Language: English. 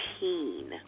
teen